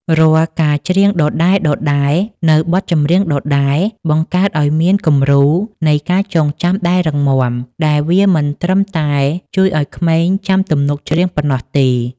រាល់ការច្រៀងដដែលៗនូវបទចម្រៀងដដែល បង្កើតឱ្យមានគំរូនៃការចងចាំដែលរឹងមាំ ដែលវាមិនត្រឹមតែជួយឱ្យក្មេងចាំទំនុកច្រៀងប៉ុណ្ណោះទេ